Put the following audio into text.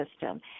system